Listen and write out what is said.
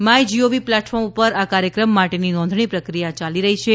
my GOV platform પર આ કાર્યક્રમ માટેની નોંધણી પ્રક્રિયા યાલી રહી છે